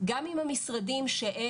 זה כל מיני דברים שפישטנו מאוד